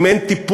אם אין טיפול,